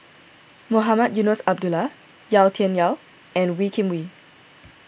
Mohamed Eunos Abdullah Yau Tian Yau and Wee Kim Wee